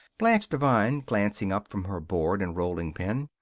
blanche devine, glancing up from her board and rolling pin,